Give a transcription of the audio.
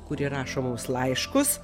kurie rašo mums laiškus